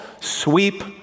sweep